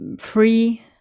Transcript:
free